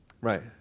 right